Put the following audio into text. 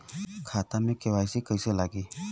खाता में के.वाइ.सी कइसे लगी?